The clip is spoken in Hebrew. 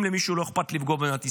אם למישהו לא אכפת לפגוע במדינת ישראל,